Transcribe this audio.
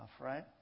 right